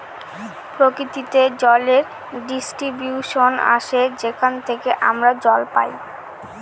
প্রকৃতিতে জলের ডিস্ট্রিবিউশন আসে যেখান থেকে আমরা জল পাই